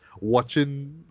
watching